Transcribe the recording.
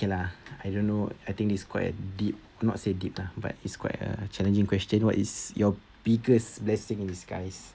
okay lah I don't know I think is quite deep not say deep lah but it's quite uh challenging question what is your biggest blessing in disguise